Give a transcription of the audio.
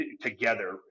together